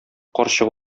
карчык